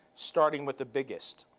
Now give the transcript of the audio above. starting with the biggest.